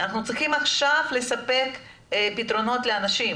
אנחנו צריכים עכשיו לספק פתרונות לאנשים.